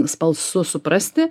smalsu suprasti